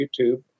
YouTube